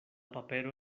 papero